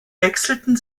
wechselten